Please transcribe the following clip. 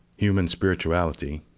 human spirituality,